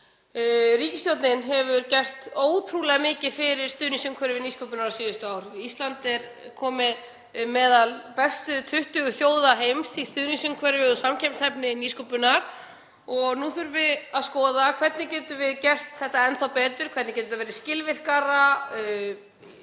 Ríkisstjórnin hefur gert ótrúlega mikið fyrir stuðningsumhverfi nýsköpunar á síðustu árum. Ísland er meðal bestu 20 þjóða heims í stuðningsumhverfi og samkeppnishæfni nýsköpunar. Nú þurfum við að skoða hvernig við getum gert þetta enn þá betur, hvernig þetta getur verið skilvirkara,